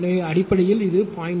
எனவே அடிப்படையில் இது 0